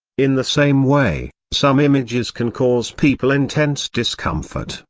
in the same way, some images can cause people intense discomfort,